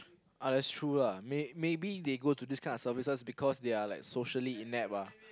uh that's true lah may~ maybe they go to this kind of services because they are like socially inept ah